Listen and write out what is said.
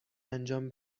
انجام